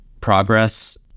progress